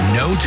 no